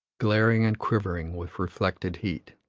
glaring and quivering with reflected heat.